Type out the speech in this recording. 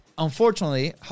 Unfortunately